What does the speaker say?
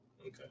Okay